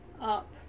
up